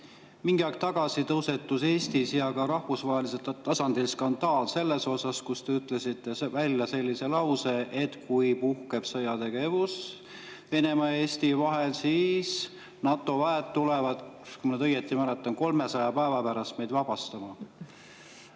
Mingi aeg tagasi tõusetus Eestis ja ka rahvusvahelisel tasandil skandaal selle tõttu, et te ütlesite välja sellise lause, et kui puhkeb sõjategevus Venemaa ja Eesti vahel, siis NATO väed tulevad – kui ma nüüd õigesti mäletan – 300 päeva pärast meid vabastama.